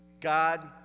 God